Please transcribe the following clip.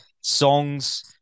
Songs